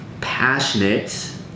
passionate